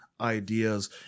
ideas